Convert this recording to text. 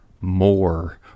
more